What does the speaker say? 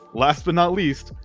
last but not least.